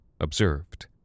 observed